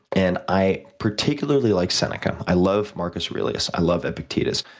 and, i particularly like seneca. i love marcus aurelius. i love epictetus,